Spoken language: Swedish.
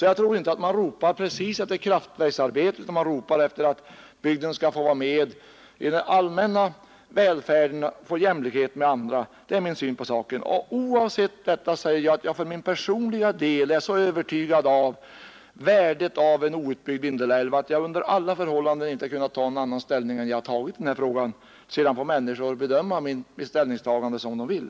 Jag tror alltså inte att man ropar efter just kraftverksarbete utan efter att bygden skall få del av den allmänna välfärden och uppnå jämlikhet med andra delar av landet — det är min syn på saken. Men oavsett detta är jag för min personliga del så övertygad om värdet av en outbyggd Vindelälv att jag under alla förhållanden inte har kunnat ta någon annan ställning i denna fråga än jag har gjort. Sedan får man bedöma mitt ställningstagande som man vill.